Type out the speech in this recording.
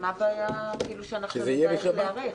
מה הבעיה שנדע איך להיערך?